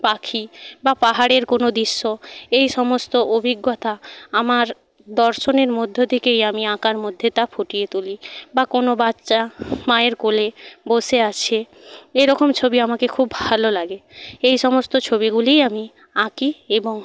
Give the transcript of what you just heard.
পাখি বা পাহাড়ের কোনো দৃশ্য এই সমস্ত অভিজ্ঞতা আমার দর্শনের মধ্য থেকেই আমি আঁকার মধ্যে তা ফুটিয়ে তুলি বা কোনো বাচ্চা মায়ের কোলে বসে আছে এরকম ছবি আমাকে খুব ভালো লাগে এই সমস্ত ছবিগুলিই আমি আঁকি এবং